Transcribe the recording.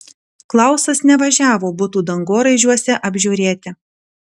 klausas nevažiavo butų dangoraižiuose apžiūrėti